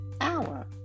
hour